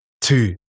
two